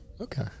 Okay